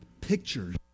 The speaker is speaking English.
Pictures